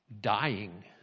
Dying